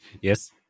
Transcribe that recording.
Yes